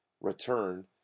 return